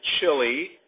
chili